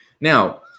Now